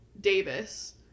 Davis